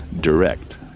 direct